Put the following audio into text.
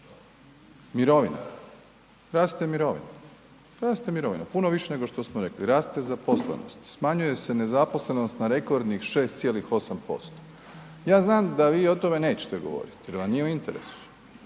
mirovina, raste mirovina, raste mirovina, puno više nego što smo rekli, raste zaposlenost, smanjuje se nezaposlenost na rekordnih 6,8%. Ja znam da vi o tome nećete govoriti jer vam nije u interesu,